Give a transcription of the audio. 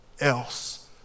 else